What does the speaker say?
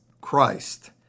Christ